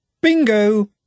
Bingo